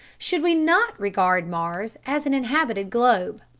should we not regard mars as an inhabited globe?